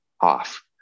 off